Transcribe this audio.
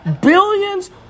Billions